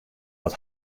dat